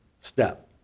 step